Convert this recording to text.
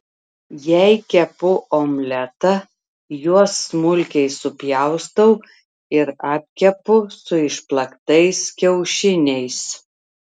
jei kepu omletą juos smulkiai supjaustau ir apkepu su išplaktais kiaušiniais